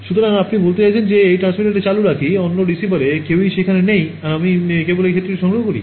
সুতরাং আপনি বলছেন যে আমি এই ট্রান্সমিটারটি চালু রাখি অন্য রিসিভারের কেউই সেখানে নেই এবং আমি কেবল এই ক্ষেত্রটি সংগ্রহ করি